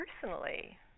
personally